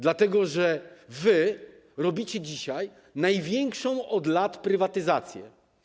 Dlatego że wy robicie dzisiaj największą od lat prywatyzację.